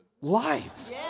life